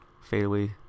fadeaway